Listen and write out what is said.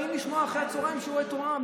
באים לשמוע אחרי הצוהריים שיעורי תורה.